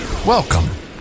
Welcome